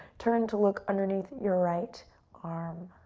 turn to look underneath your right arm.